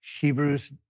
Hebrews